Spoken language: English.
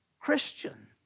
Christian